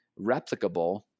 replicable